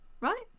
right